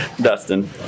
Dustin